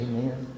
Amen